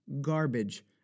garbage